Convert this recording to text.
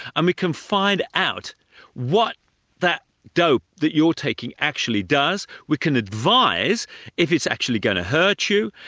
and we can find out what that dope that you're taking actually does we can advise if it's actually going to hurt you,